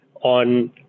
on